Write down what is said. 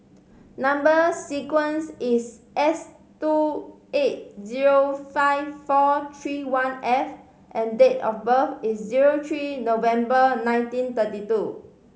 number sequence is S two eight zero five four three one F and date of birth is zero three November nineteen thirty two